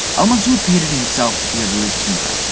al-mansur painted himself to be a religious man.